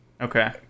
Okay